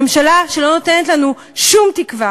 ממשלה שלא נותנת לנו שום תקווה